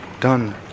done